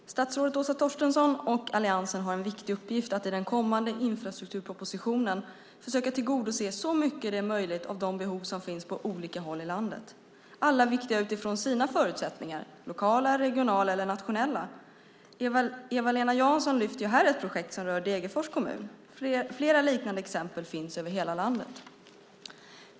Fru talman! Statsrådet Åsa Torstensson och alliansen har en viktig uppgift att i den kommande infrastrukturpropositionen försöka tillgodose så mycket som möjligt av de behov som finns på olika håll i landet. Alla är viktiga utifrån sina förutsättningar, lokala, regionala eller nationella. Eva-Lena Jansson lyfter här fram ett projekt som rör Degerfors kommun. Flera liknande exempel finns över hela landet.